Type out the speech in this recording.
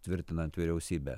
tvirtinant vyriausybę